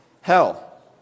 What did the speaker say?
hell